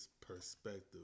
perspective